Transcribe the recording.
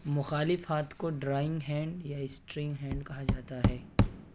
مخالف ہاتھ کو ڈرائنگ ہینڈ یا اسٹرنگ ہینڈ کہا جاتا ہے